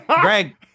greg